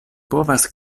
povas